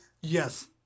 Yes